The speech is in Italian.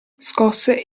scosse